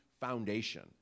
foundation